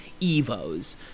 evos